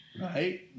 right